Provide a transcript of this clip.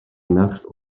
merch